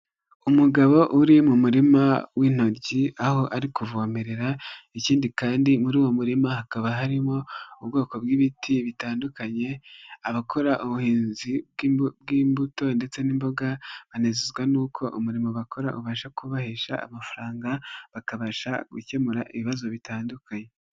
Umugabo uri mu murima w'intoryi aho ari kuvomerera. Ikindi kandi muri uwo murima hakaba harimo ubwoko bw'ibiti bitandukanye. Abakora ubuhinzi bw'imbuto ndetse n'imboga banezezwa n'uko umurimo bakora ubasha kubahesha amafaranga, bakabasha gukemura ibibazo bitandukanye.